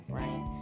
right